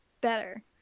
Better